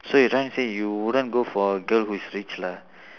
so you trying to say you wouldn't go for a girl who is rich lah